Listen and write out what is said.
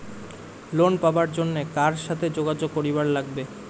Loan পাবার জন্যে কার সাথে যোগাযোগ করিবার লাগবে?